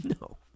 No